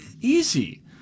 easy